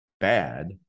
Bad